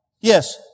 Yes